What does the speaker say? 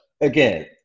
again